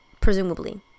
presumably